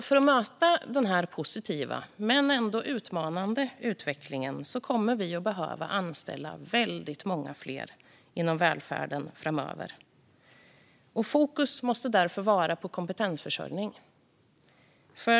För att möta denna positiva men ändå utmanande utveckling kommer vi att behöva anställa väldigt många fler inom välfärden framöver. Fokus måste därför vara på kompetensförsörjning.